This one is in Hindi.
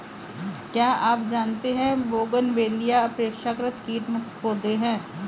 क्या आप जानते है बोगनवेलिया अपेक्षाकृत कीट मुक्त पौधे हैं?